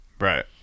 Right